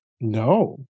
No